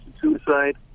suicide